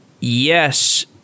yes